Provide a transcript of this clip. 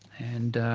and